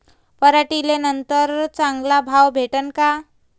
पराटीले नंतर चांगला भाव भेटीन का?